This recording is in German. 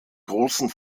großen